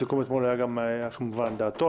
הסיכום אתמול היה כמובן על דעתו,